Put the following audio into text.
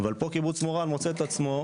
אבל פה, קיבוץ מורן מוצא את עצמו,